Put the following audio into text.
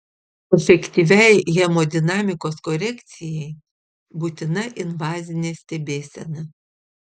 efektyviai hemodinamikos korekcijai būtina invazinė stebėsena